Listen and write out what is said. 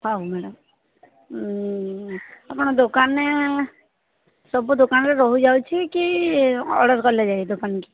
ଥାଉ ମ୍ୟାଡାମ୍ ଆପଣ ଦୋକାନରେ ସବୁ ଦୋକାନରେ ରହିଯାଉଛି କି ଅର୍ଡର କଲେ ଯାଇ ଦୋକାନୀ କି